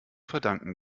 verdanken